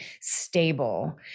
stable